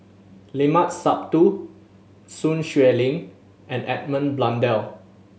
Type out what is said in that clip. Limat Sabtu Sun Xueling and Edmund Blundell